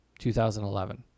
2011